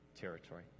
territory